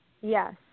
Yes